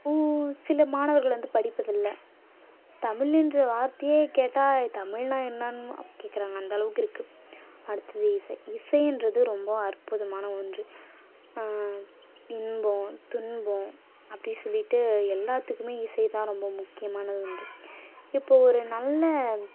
சில மாணவர்கள் வந்து படிப்பதில்லை தமிழுன்ற வார்த்தையே கேட்டால் தமிழ்னால் என்னானு கேட்கறாங்க அந்த அளவுக்கு இருக்குது அடுத்தது இசை இசையின்றது ரொம்பவும் அற்புதமான ஒன்று இன்பம் துன்பம் அப்படி சொல்லிவிட்டு எல்லாத்துக்குமே இசை தான் ரொம்ப முக்கியமான ஒன்று இப்போது ஒரு நல்ல